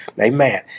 amen